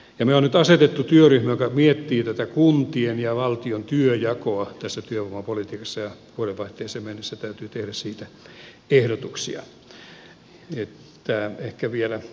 me olemme nyt asettaneet työryhmän joka miettii tätä kuntien ja valtion työnjakoa tässä työvoimapolitiikassa ja vuodenvaihteeseen mennessä täytyy tehdä siitä ehdotuksia